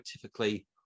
typically